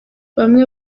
bamwe